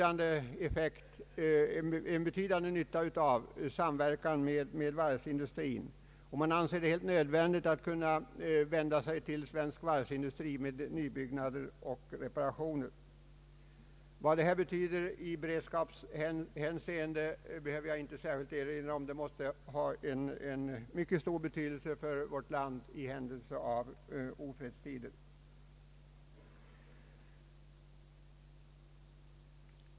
Den har en betydande nytta av samverkan med varvsindustrin. Man anser det helt nödvändigt att kunna vända sig till svensk varvsindustri för nybyggnader och reparationer. Vad varvsindustrin betyder i beredskapshänseende behöver inte särskilt erinras om, men den måste ha en mycket stor betydelse för vårt land i händelse av ofredstider.